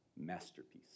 masterpiece